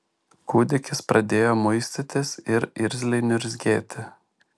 kūdikis pradėjo muistytis ir irzliai niurzgėti